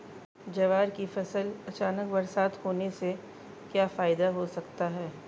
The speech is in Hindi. ज्वार की फसल में अचानक बरसात होने से क्या फायदा हो सकता है?